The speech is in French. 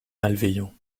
malveillants